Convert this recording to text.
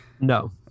No